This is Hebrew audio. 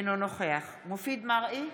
אינו נוכח מופיד מרעי,